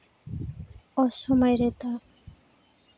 ᱚᱥᱚᱢᱟᱹᱭ ᱨᱮᱫᱚ